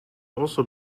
also